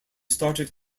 started